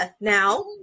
now